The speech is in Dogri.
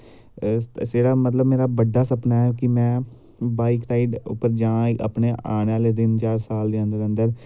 जेह्ड़ा मतलव मेरा बड्डा सपना ऐ कि मैं बॉईक रॉईड़ उप्पर जां अपने आने आह्ले दिन च जां साल दे अन्दर अन्दर